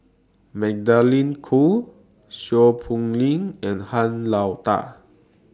Magdalene Khoo Seow Poh Leng and Han Lao DA